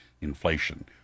inflation